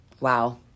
Wow